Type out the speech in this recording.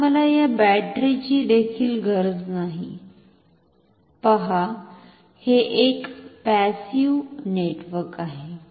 आता मला या बॅटरीची देखील गरज नाही पहा हे एक पॅसिव्ह नेटवर्क आहे